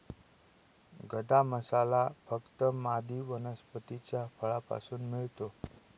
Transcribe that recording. गदा मसाला फक्त मादी वनस्पतीच्या फळापासून मिळतो